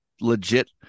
legit